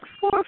four